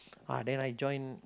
ah then I join